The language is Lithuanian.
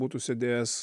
būtų sėdėjęs